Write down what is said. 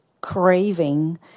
craving